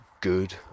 good